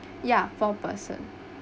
ya four person